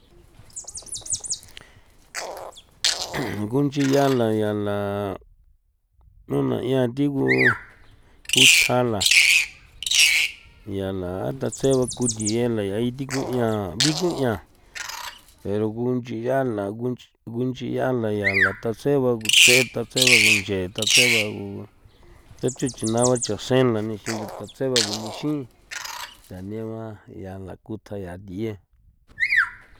gunchiala la yala mena 'ia thigu jutjala yala a tatse ko thieela ya ithi ku'ian biku'ian pero gunchi a la gunchi gunchi a la yala tatseba guntse tatseba gunchee tatseba gu tachu chinagua chasena nixin tatsegua g ichi tanegua yala kutja ya thiye.